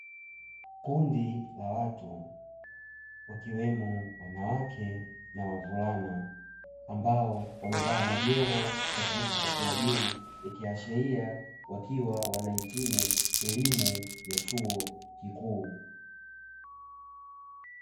Kundi la watu wakiwemo wanawake na wavulana ambao wamevaa majoho wakirusha kofia juu, ikiashiria wakiwa wanahitimu elimu ya chuo kikuu.